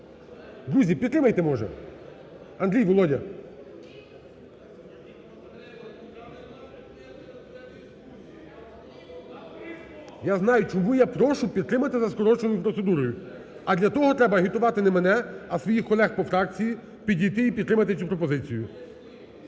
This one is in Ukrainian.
Друзі, підтримаєте може? Андрій, Володя. (Шум у залі) Я знаю, чому я прошу підтримати за скороченою процедурою. А для того треба агітувати не мене, а своїх колег по фракції підійти і підтримати цю пропозицію.